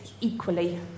equally